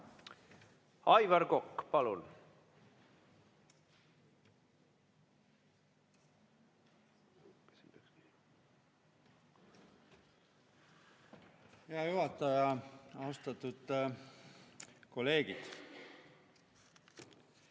Aivar Kokk, palun! Hea juhataja! Austatud kolleegid!